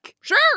Sure